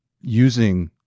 using